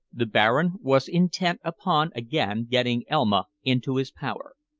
the baron was intent upon again getting elma into his power.